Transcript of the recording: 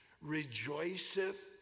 rejoiceth